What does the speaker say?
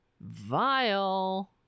Vile